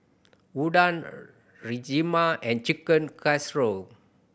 Udon Rajma and Chicken Casserole